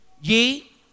ye